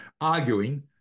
arguing